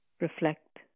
Reflect